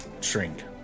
shrink